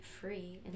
free